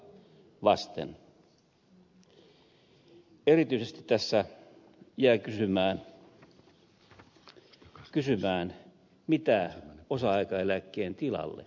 erityisesti tässä jää kysymään mitä osa aikaeläkkeen tilalle